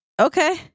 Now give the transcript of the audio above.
Okay